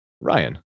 Ryan